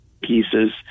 pieces